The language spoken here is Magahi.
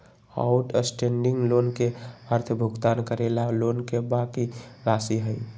आउटस्टैंडिंग लोन के अर्थ भुगतान करे ला लोन के बाकि राशि हई